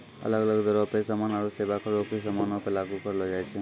अलग अलग दरो पे समान आरु सेबा करो के समानो पे लागू करलो जाय छै